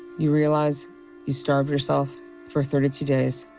you realize you starved yourself for thirty two days,